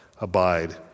abide